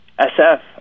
SF